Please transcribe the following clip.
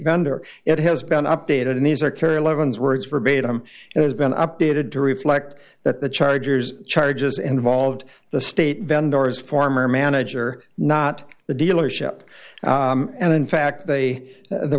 vendor it has been updated in these or carry leavens words verbatim it has been updated to reflect that the chargers charges involved the state vendors former manager not the dealership and in fact they the